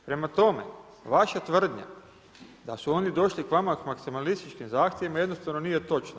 Prema tome, vaša tvrdnja da su oni došli k vama sa maksimalističkim zahtjevima jednostavno nije točna.